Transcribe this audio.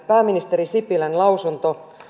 pääministeri juha sipilän lausunto